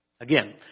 Again